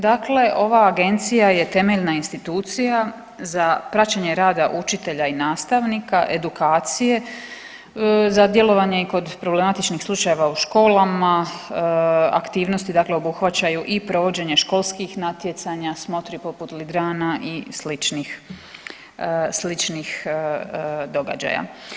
Dakle, ova agencija je temeljna institucija za praćenje rada učitelja i nastavnika, edukacije za djelovanje kod problematičnih slučajeva u školama, aktivnosti obuhvaćaju i provođenje školskih natjecanja, smotri poput LiDraNa i sličnih događaja.